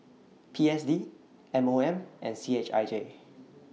P S D M O M and C H I J